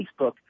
Facebook